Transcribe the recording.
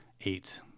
Eight